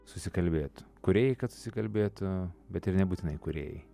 susikalbėtų kūrėjai kad susikalbėtų bet ir nebūtinai kūrėjai